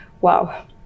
wow